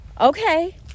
Okay